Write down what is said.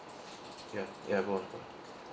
ya ya go on go on